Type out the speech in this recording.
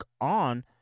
on